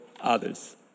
others